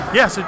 Yes